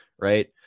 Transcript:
right